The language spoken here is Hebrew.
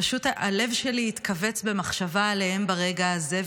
פשוט הלב שלי התכווץ במחשבה עליהן ברגע הזה.